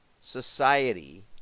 society